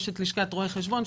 יש לשכת רואי חשבון.